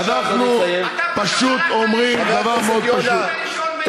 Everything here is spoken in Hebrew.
אתה פשוט הלכת לישון ונרדמת, ואתה מאשים אותנו.